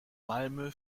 malmö